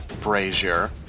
brazier